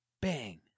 Bang